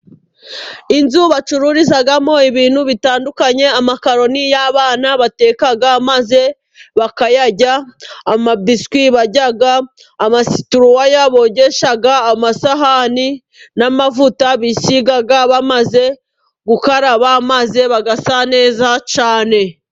Inzu bacururizamo ibintu bitandukanye, amakaroni y'abana bateka maze bakayarya, amabiswi barya, amasitiriwaya bogesha amasahani, n'amavuta bisiga bamaze gukaraba, maze bagasa neza cyane.